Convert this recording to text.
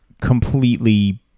completely